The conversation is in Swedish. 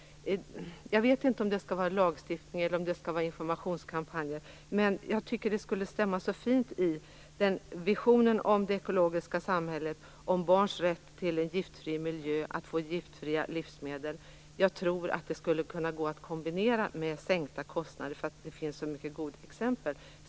Jag vet inte om det skall vara lagstiftning eller informationskampanjer, men det skulle stämma bra med visionen om det ekologiska samhället om barns rätt till en giftfri miljö skulle innebära att de fick giftfria livsmedel. Jag tror att detta skulle gå att kombinera med sänkta kostnader, det finns det mycket goda exempel på.